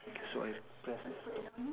so I press ah